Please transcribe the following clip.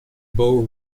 bow